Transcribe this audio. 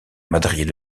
madriers